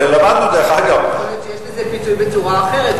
יכול להיות שיש לזה ביטוי בצורה אחרת,